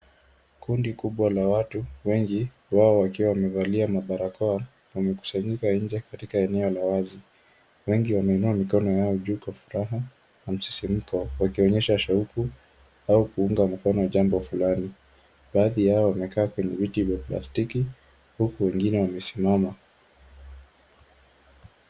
Kundi kubwa la watu, wengi wao wakiwa wamevalia mabarakao, wamekusanyika nje katika eneo la wazi. Wengi wameinua mikono yao juu kwa furaha na msisimko, wakionyesha shauku au kuunga mkono jambo fulani. Baadhi yao wamekaa kwenye viti vya plastiki, huku wengine wamesimama.